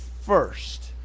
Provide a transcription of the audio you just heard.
first